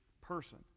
person